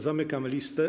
Zamykam listę.